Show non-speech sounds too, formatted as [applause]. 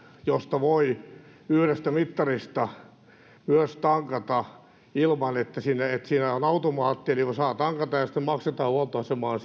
jossa voi yhdestä mittarista tankata myös ilman että siinä on automaatti eli saa tankata ja sitten maksetaan huoltoasemaan [unintelligible]